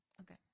Okay